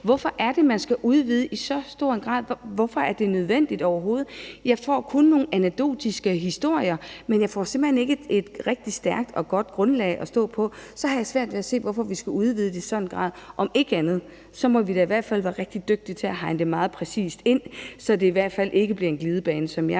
hvorfor man i så høj grad skal udvide det, og hvorfor det overhovedet er nødvendigt. Jeg får kun nogle anekdotiske historier, men jeg tror simpelt hen ikke, det er et rigtig stærkt og godt grundlag at stå på, og så har jeg svært ved at se, hvorfor vi skal udvide det i en sådan grad. Om ikke andet må vi da i hvert fald være rigtig dygtige til at hegne det meget præcist ind, så det ikke bliver en glidebane, som jeg